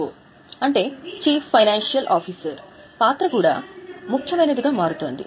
CFO అంటే chief financial officer పాత్ర కూడా ముఖ్యమైనదిగా మారుతోంది